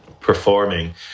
performing